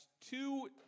two